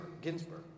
Ginsburg